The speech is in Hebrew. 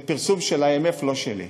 זה פרסום של IMF, לא שלי.